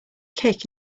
kick